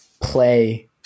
play